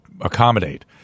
accommodate